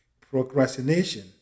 procrastination